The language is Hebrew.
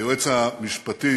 היועץ המשפטי